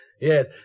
Yes